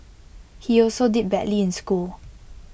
he also did badly in school